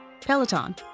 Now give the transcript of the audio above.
Peloton